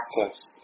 practice